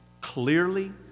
clearly